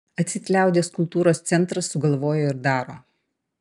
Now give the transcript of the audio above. atseit liaudies kultūros centras sugalvojo ir daro